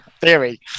theory